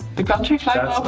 the country flying